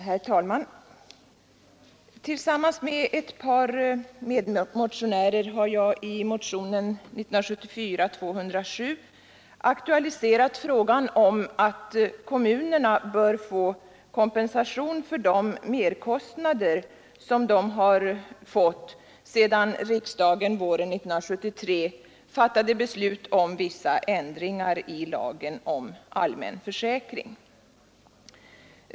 Herr talman! Tillsammans med ett par medmotionärer har jag i motionen 207 aktualiserat frågan om att kommunerna bör få kompensation för de merkostnader som de har fått sedan riksdagen våren 1973 fattade beslut om vissa ändringar i lagen om allmän försäkring.